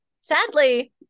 Sadly